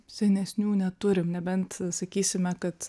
senesnių neturim nebent sakysime kad